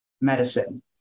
medicine